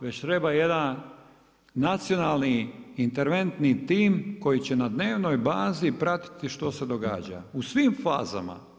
Već treba jedan nacionalni interventni tim, koji će na dnevnoj bazi pratiti što se događa u svim fazama.